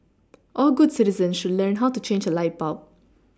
all good citizens should learn how to change a light bulb